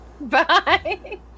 bye